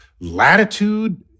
latitude